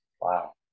Wow